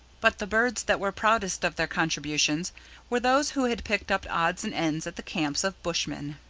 but the birds that were proudest of their contributions were those who had picked up odds and ends at the camps of bushmen.